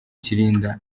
kirinda